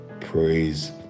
praise